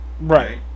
right